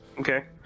okay